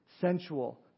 sensual